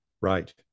right